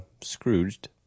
Scrooged